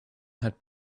had